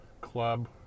Club